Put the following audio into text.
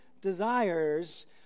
desires